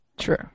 true